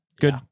good